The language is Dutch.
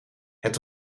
het